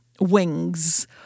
wings